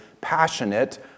passionate